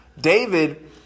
david